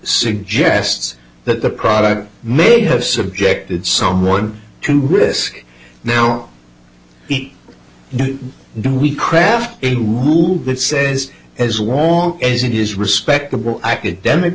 suggests that the product may have subjected someone to risk now on eat do we craft a rule that says as long as it is respectable academic